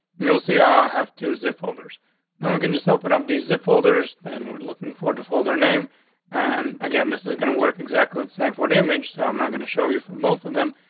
no, see, i have two zip folders and we can just open up the zip folders and we're looking forward to folder name and again, this is gonna work exactly the same for damage, so i'm not going to show you from both of them.